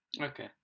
okay